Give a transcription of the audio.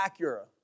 Acura